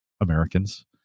Americans